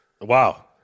Wow